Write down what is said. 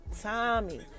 Tommy